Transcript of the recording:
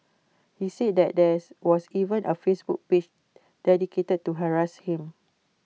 he said that there was even A Facebook page dedicated to harass him